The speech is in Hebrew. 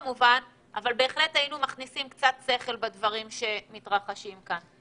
בהחלט היינו מכניסים קצת שכל בדברים שמתרחשים כאן.